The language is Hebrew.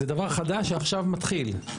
זה דבר חדש שעכשיו מתחיל.